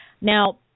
Now